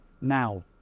now